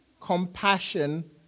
compassion